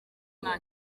nta